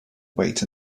wait